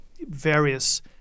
various